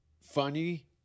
funny